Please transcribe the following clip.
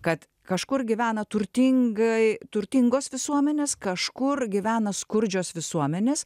kad kažkur gyvena turtingai turtingos visuomenės kažkur gyvena skurdžios visuomenės